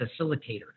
facilitator